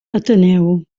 ateneu